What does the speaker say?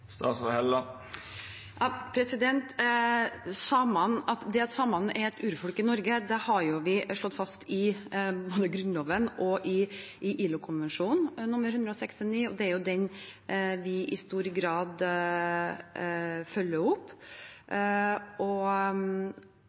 Det at samene er et urfolk i Norge, har vi slått fast både i Grunnloven og i ILO-konvensjon nr. 169, og det er den vi i stor grad følger opp.